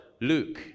Luke